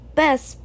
best